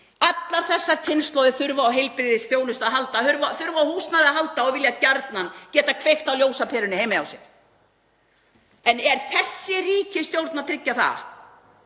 Allar þessar kynslóðir þurfa á heilbrigðisþjónustu að halda, þurfa á húsnæði að halda og vilja gjarnan geta kveikt á ljósaperunni heima hjá sér. En er þessi ríkisstjórn að tryggja það?